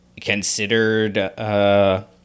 considered